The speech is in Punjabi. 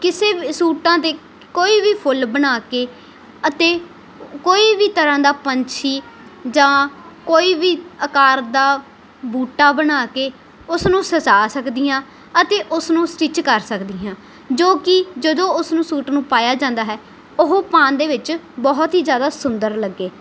ਕਿਸੇ ਸੂਟਾਂ 'ਤੇ ਕੋਈ ਵੀ ਫੁੱਲ ਬਣਾ ਕੇ ਅਤੇ ਕੋਈ ਵੀ ਤਰ੍ਹਾਂ ਦਾ ਪੰਛੀ ਜਾਂ ਕੋਈ ਵੀ ਆਕਾਰ ਦਾ ਬੂਟਾ ਬਣਾ ਕੇ ਉਸਨੂੰ ਸਜਾ ਸਕਦੀ ਹਾਂ ਅਤੇ ਉਸਨੂੰ ਸਟਿੱਚ ਕਰ ਸਕਦੀ ਹਾਂ ਜੋ ਕਿ ਜਦੋਂ ਉਸਨੂੰ ਸੂਟ ਨੂੰ ਪਾਇਆ ਜਾਂਦਾ ਹੈ ਉਹ ਪਾਉਣ ਦੇ ਵਿੱਚ ਬਹੁਤ ਹੀ ਜ਼ਿਆਦਾ ਸੁੰਦਰ ਲੱਗੇ